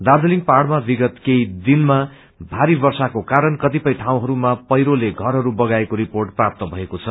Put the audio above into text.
दार्जीलिङ पहाङमा विगत केही दिनमा भारी वर्षाको कतिपय ठाउँहरूमा पहिरोले घरहरू बगाएको रिपोर्ट प्राप्त भएको छ